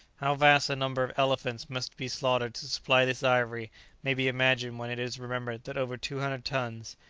how vast a number of elephants must be slaughtered to supply this ivory may be imagined when it is remembered that over two hundred tons,